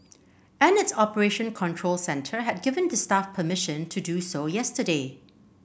and its operation control centre had given the staff permission to do so yesterday